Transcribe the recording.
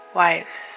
wives